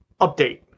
update